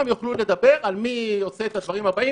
יוכלו לדבר על מי עושה את הדברים הבאים.